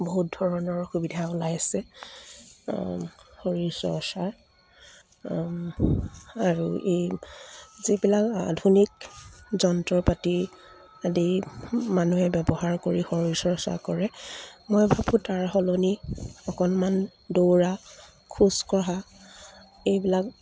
বহুত ধৰণৰ সুবিধা ওলাইছে শৰীৰ চৰ্চাৰ আৰু এই যিবিলাক আধুনিক যন্ত্ৰ পাতি আদি মানুহে ব্যৱহাৰ কৰি শৰীৰ চৰ্চা কৰে মই ভাবো তাৰ সলনি অকণমান দৌৰা খোজ কঢ়া এইবিলাক